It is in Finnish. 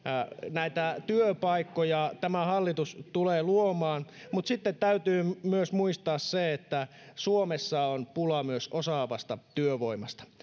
näitä työpaikkoja tämä hallitus tulee luomaan mutta sitten täytyy myös muistaa se että suomessa on pulaa myös osaavasta työvoimasta